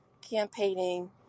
campaigning